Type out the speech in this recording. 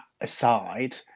aside